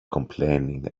complaining